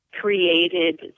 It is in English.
created